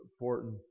important